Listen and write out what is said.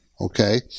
okay